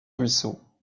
ruisseau